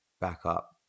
backup